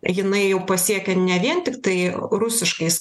jinai jau pasiekė ne vien tiktai rusiškais